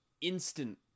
instant